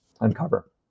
uncover